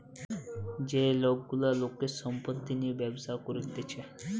যে লোক গুলা লোকের সম্পত্তি নিয়ে ব্যবসা করতিছে